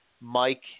Mike